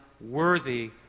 worthy